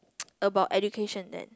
about education then